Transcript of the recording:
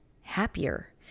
happier